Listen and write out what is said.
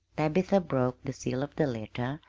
tabitha broke the seal of the letter,